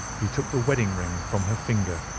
he took the wedding-ring from her finger.